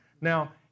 Now